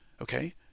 okay